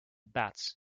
bat